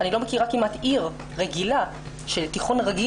אני לא מכירה עיר רגילה של תיכון רגיל